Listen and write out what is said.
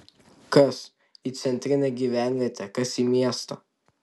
kas į centrinę gyvenvietę kas į miestą